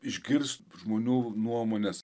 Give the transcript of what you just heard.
išgirs žmonių nuomones